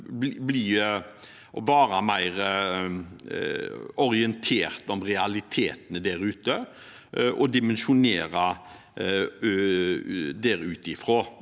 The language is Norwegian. være mer orientert om realitetene der ute og dimensjonere ut fra